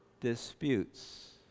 disputes